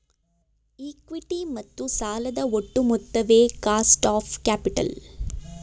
equity ಮತ್ತು ಸಾಲದ ಒಟ್ಟು ಮೊತ್ತವೇ ಕಾಸ್ಟ್ ಆಫ್ ಕ್ಯಾಪಿಟಲ್